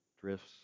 drifts